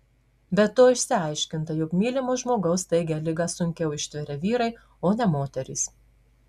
be to išsiaiškinta jog mylimo žmogaus staigią ligą sunkiau ištveria vyrai o ne moterys